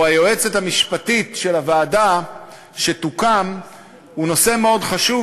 או היועצת המשפטית של הוועדה שתוקם הוא נושא מאוד חשוב,